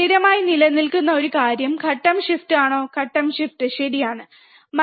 സ്ഥിരമായി നിലനിൽക്കുന്ന ഒരു കാര്യം ഘട്ടം ഷിഫ്റ്റ് ആണോ ഘട്ടം ഷിഫ്റ്റ് ശരിയാണോ